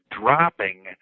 dropping